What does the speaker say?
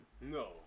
No